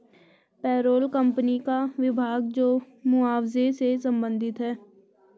payroll company का विभाग जो मुआवजे से संबंधित है